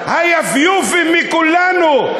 הדבר השלישי: היפיופים מכולנו,